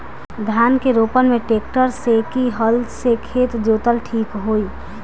धान के रोपन मे ट्रेक्टर से की हल से खेत जोतल ठीक होई?